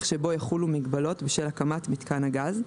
שבו יחולו מגבלות בשל הקמת מיתקן הגז,